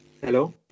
hello